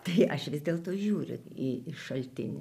tai aš vis dėlto žiūriu į į šaltinį